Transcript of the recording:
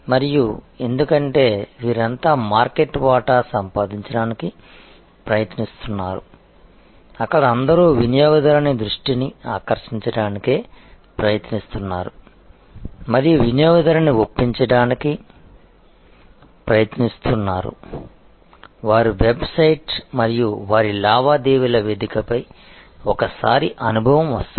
మరియు ఎందుకంటే వీరంతా మార్కెట్ వాటా సంపాదించడానికి ప్రయత్నిస్తున్నారు అక్కడ అందరూ వినియోగదారుని దృష్టిని ఆకర్షించడానికే ప్రయత్నిస్తున్నారు మరియు వినియోగదారుని ఒప్పించటానికి ప్రయత్నిస్తున్నారు వారి వెబ్సైట్ మరియు వారి లావాదేవీల వేదికపై ఒకసారి అనుభవం వస్తుంది